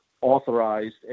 authorized